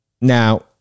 Now